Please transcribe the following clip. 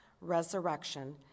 resurrection